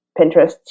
Pinterest